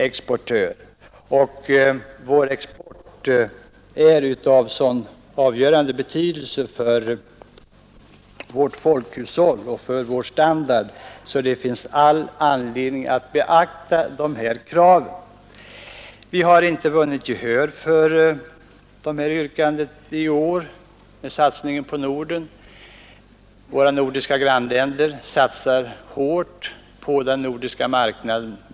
Exporten är av sådan avgörande betydelse för vårt folkhushåll och vår standard att det finns all anledning att beakta de här kraven, men vi har inte vunnit gehör för vårt yrkande den här gången. Våra nordiska grannländer satsar hårt på den nordiska marknaden.